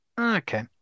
Okay